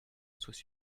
soient